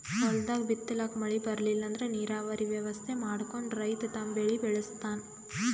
ಹೊಲ್ದಾಗ್ ಬಿತ್ತಲಾಕ್ ಮಳಿ ಬರ್ಲಿಲ್ಲ ಅಂದ್ರ ನೀರಾವರಿ ವ್ಯವಸ್ಥೆ ಮಾಡ್ಕೊಂಡ್ ರೈತ ತಮ್ ಬೆಳಿ ಬೆಳಸ್ತಾನ್